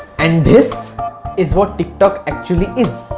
and this is what tik tok actually is!